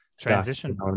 transition